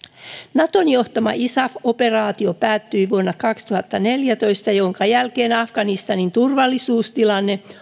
naton johtama isaf operaatio päättyi vuonna kaksituhattaneljätoista jonka jälkeen afganistanin turvallisuustilanne